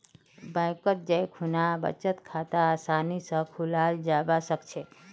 बैंकत जै खुना बचत खाता आसानी स खोलाल जाबा सखछेक